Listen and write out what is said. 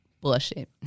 Bullshit